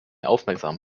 aufmerksam